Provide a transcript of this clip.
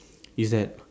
is that